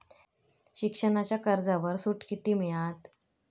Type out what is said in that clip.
शिक्षणाच्या कर्जावर सूट किती मिळात?